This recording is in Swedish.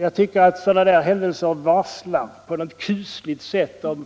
Jag tycker att sådana händelser på ett kusligt sätt varslar